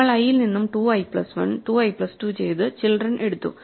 നമ്മൾ ഐ യിൽ നിന്നും 2 i പ്ലസ് 12 i പ്ലസ് 2 ചെയ്തു ചിൽഡ്രൻ എത്തുന്നു